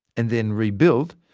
and then rebuild,